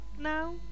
now